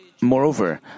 Moreover